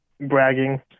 bragging